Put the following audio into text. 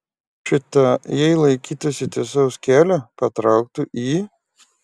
šita jei laikytųsi tiesaus kelio patrauktų į